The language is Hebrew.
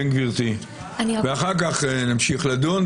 ואחר כך נמשיך לדון.